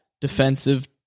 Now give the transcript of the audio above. defensive